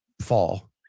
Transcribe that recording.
fall